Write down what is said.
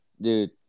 dude